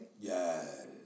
Yes